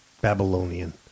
Babylonian